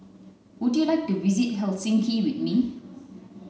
would you like to visit Helsinki with me